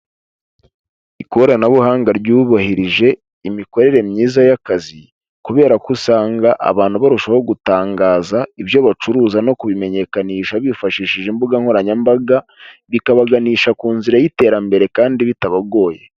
Ikoranabuhanga ryubahirije imikorere myiza y'akazi, kubera ko usanga abantu barushaho gutangaza ibyo bacuruza no kubimenyekanisha bifashishije imbuga nkoranyambaga, bikabaganisha ku nzira y'iterambere kandi bitabagoye.